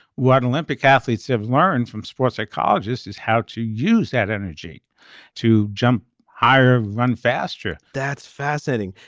what an olympic athletes have learned from sports psychologist is how to use that energy to jump higher run faster that's fascinating.